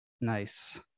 nice